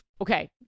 Okay